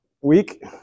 week